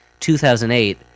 2008